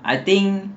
I think